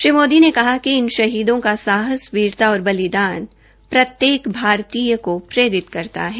श्री मोदी ने कहा कि इन शहीदों का साहस वीरता और बलिदान प्रत्योक भारतीय को प्रेरित करता है